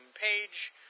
page